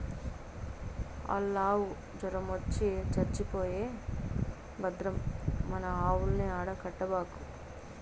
ఆల్లావు జొరమొచ్చి చచ్చిపోయే భద్రం మన ఆవుల్ని ఆడ కట్టబాకు